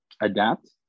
adapt